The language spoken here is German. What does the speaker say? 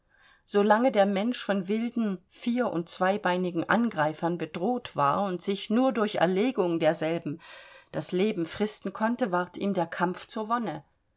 lange der mensch von wilden vier und zweibeinigen angreifern bedroht war und sich nur durch erlegung derselben das leben fristen konnte ward ihm der kampf zur wonne